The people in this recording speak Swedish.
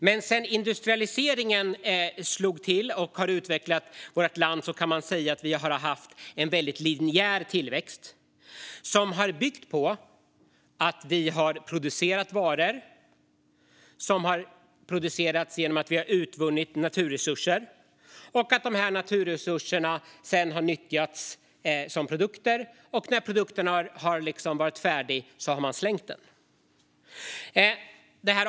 Men sedan industrialiseringen slog till och utvecklade vårt land kan man säga att vi har haft en linjär tillväxt. Den har byggt på att vi har producerat varor genom att utvinna naturresurser, och naturresurserna har sedan nyttjats som produkter. När produkterna har använts färdigt har de slängts.